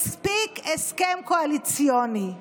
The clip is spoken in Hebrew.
מספיק הסכם קואליציוני.